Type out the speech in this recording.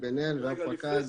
רב-פקד,